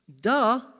duh